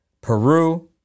Peru